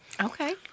Okay